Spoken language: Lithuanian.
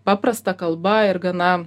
paprasta kalba ir gana